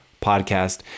Podcast